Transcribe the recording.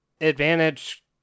advantage